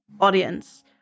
audience